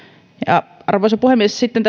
arvoisa puhemies sitten